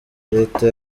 reta